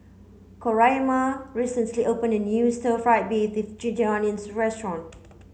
Coraima recently opened a new stir fried beef this ginger onions restaurant